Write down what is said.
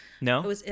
No